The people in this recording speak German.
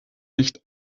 nicht